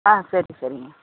ஆ சரி சரிங்க